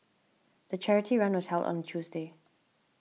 the charity run was held on Tuesday